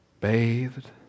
Bathed